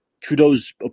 Trudeau's